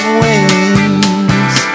wings